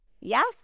Yes